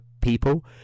people